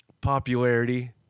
popularity